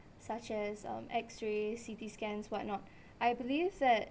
such as um X-ray C_T scans why not I believe that